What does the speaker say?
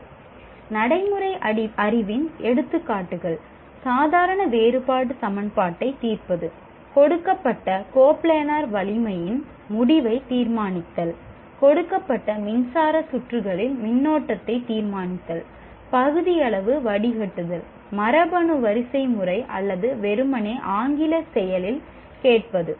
Refer Slide Time 1640 நடைமுறை அறிவின் எடுத்துக்காட்டுகள் சாதாரண வேறுபாடு சமன்பாட்டைத் தீர்ப்பது கொடுக்கப்பட்ட கோப்ளனார் வலிமையின் முடிவைத் தீர்மானித்தல் கொடுக்கப்பட்ட மின்சார சுற்றுகளில் மின்னோட்டத்தை தீர்மானித்தல் பகுதியளவு வடிகட்டுதல் மரபணு வரிசைமுறை அல்லது வெறுமனே ஆங்கில செயலில் கேட்பது